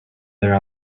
there